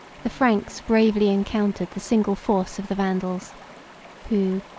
the franks bravely encountered the single force of the vandals who,